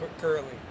currently